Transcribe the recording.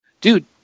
dude